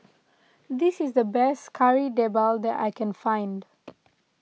this is the best Kari Debal that I can find